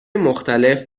مختلف